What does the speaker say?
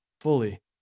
fully